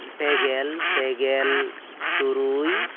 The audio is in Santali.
ᱯᱮ ᱜᱮᱞ ᱯᱮ ᱜᱮᱞ ᱛᱩᱨᱩᱭ